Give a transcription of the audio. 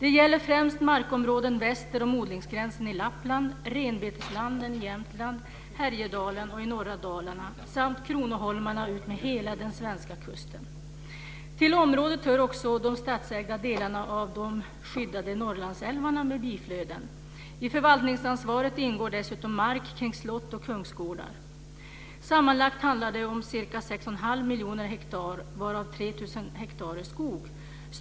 Det gäller främst markområden väster om odlingsgränsen i Lappland, renbeteslanden i Jämtland, Härjedalen och norra Dalarna samt kronoholmarna utmed hela den svenska kusten. Till området hör också de statsägda delarna av de skyddade Norrlandsälvarna med biflöden. I förvaltningsansvaret ingår dessutom mark kring slott och kungsgårdar. Sammanlagt handlar det om ca 6 1⁄2 miljoner hektar, varav 300 000 hektar är skog.